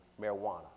marijuana